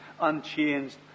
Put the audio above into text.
unchanged